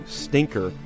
stinker